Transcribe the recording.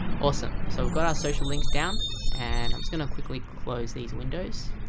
awesome. so go to our social links down and i'm just gonna quickly close these windows